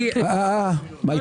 אה, מה איתי?